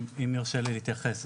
אם יורשה לי להתייחס,